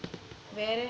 where eh